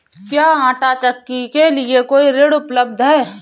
क्या आंटा चक्की के लिए कोई ऋण उपलब्ध है?